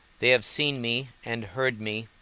they have seen me and heard me,